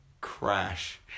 crash